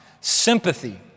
sympathy